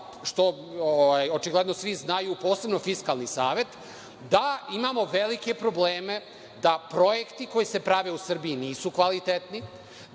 što očigledno svi znaju, posebno Fiskalni savet, da imamo velike probleme da projekti koji se prave u Srbiji nisu kvalitetni,